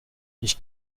ich